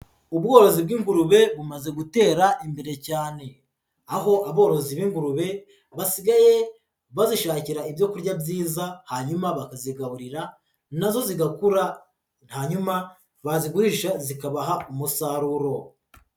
Ubworozi bw'ingurube bumaze gutera imbere cyane aho aborozi b'ingurube basigaye bazishakira ibyo kurya byiza hanyuma bakazigaburira nazo zigakura hanyuma bazigurisha zikabaha umusaruro.